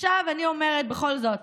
עכשיו אני אומרת, בכל זאת,